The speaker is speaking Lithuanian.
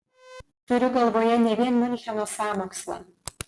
turiu galvoje ne vien miuncheno sąmokslą